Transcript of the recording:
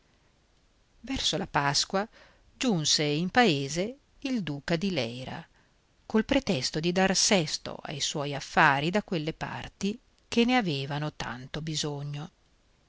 verso la pasqua giunse in paese il duca di leyra col pretesto di dar sesto ai suoi affari da quelle parti chè ne avevano tanto di bisogno